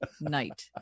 night